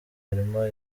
harimo